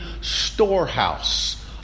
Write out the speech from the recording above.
storehouse